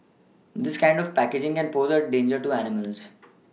this kind of packaging can pose a danger to animals